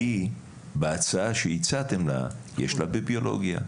כי בהצעה שהצעתם לה יש לה בביולוגיה.